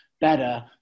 better